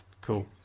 cool